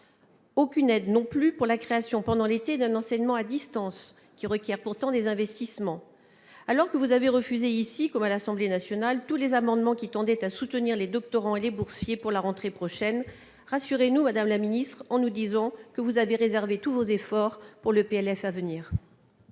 prévue non plus pour la mise en place, pendant l'été, d'un enseignement à distance, qui requiert pourtant des investissements, alors que vous avez refusé, ici comme à l'Assemblée nationale, tous les amendements qui tendaient à soutenir les doctorants et les boursiers pour la rentrée prochaine. Rassurez-nous, madame la ministre, en nous disant que vous avez réservé vos efforts pour le projet